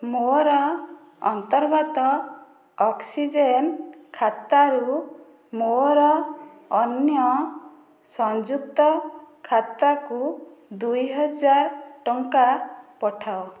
ମୋର ଅନ୍ତର୍ଗତ ଅକ୍ସିଜେନ୍ ଖାତାରୁ ମୋର ଅନ୍ୟ ସଂଯୁକ୍ତ ଖାତାକୁ ଦୁଇ ହଜାର ଟଙ୍କା ପଠାଅ